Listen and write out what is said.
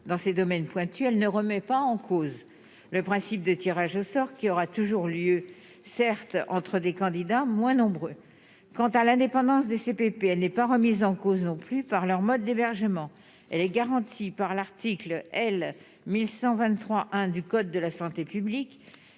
dans ces domaines pointus, elle ne remet pas en cause le principe des tirage au sort qui aura toujours lieu certes entre des candidats moins nombreux quant à l'indépendance du CPP, elle n'est pas remise en cause non plus par leur mode d'hébergement, elle est garantie par l'article L. 1123 1 du code de la santé publique